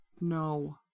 No